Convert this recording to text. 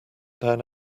down